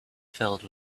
filled